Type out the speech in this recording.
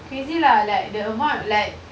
crazy lah like the amount like